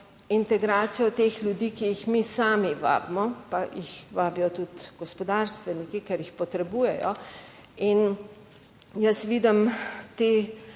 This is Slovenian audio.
integracijo teh ljudi, ki jih mi sami vabimo, pa jih vabijo tudi gospodarstveniki, ker jih potrebujejo in jaz vidim te